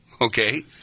Okay